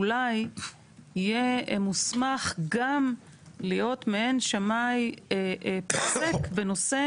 אולי יהיה מוסמך גם להיות מעין שמאי עסק בנושא